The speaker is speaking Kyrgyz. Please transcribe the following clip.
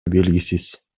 белгисиз